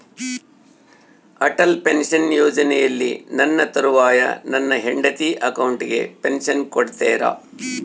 Atal pension ಯೋಜನೆಯಲ್ಲಿ ನನ್ನ ತರುವಾಯ ನನ್ನ ಹೆಂಡತಿ ಅಕೌಂಟಿಗೆ ಪೆನ್ಶನ್ ಕೊಡ್ತೇರಾ?